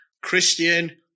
Christian